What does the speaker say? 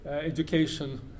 education